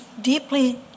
deeply